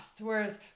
Whereas